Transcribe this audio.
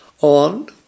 on